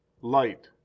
light